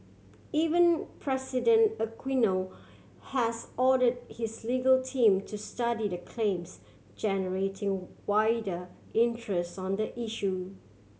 Even President Aquino has order his legal team to study the claims generating wider interest on the issue